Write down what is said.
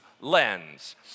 lens